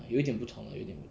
有一点不同有一点不同